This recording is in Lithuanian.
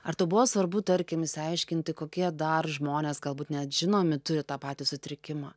ar tau buvo svarbu tarkim išsiaiškinti kokie dar žmonės galbūt net žinomi turi tą patį sutrikimą